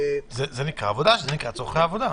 זה נקרא צורכי עבודה.